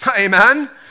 Amen